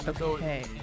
Okay